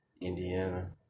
Indiana